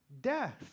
death